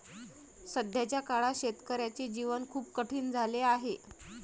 सध्याच्या काळात शेतकऱ्याचे जीवन खूप कठीण झाले आहे